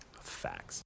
Facts